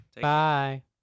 bye